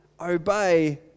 obey